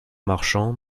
marchand